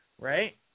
Right